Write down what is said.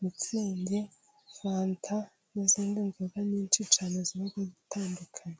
mutsingi, fanta, n'izindi nzoga nyinshi cyane ziba zitandukanye.